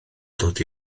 dod